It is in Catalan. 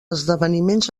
esdeveniments